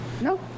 No